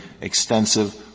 extensive